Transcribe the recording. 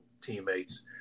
teammates